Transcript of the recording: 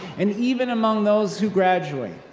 and even among those who graduate,